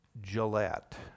Gillette